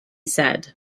said